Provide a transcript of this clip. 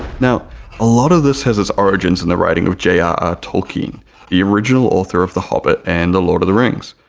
now a lot of this has its origins in the writing of j r r tolkien the original author of the hobbit and the lord of the rings,